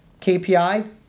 KPI